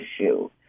issue